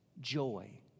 joy